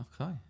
Okay